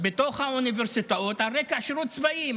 בתוך האוניברסיטאות על רקע שירות צבאי.